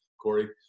Corey